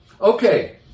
Okay